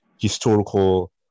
historical